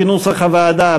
כנוסח הוועדה.